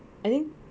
I think